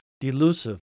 delusive